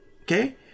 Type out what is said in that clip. okay